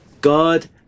God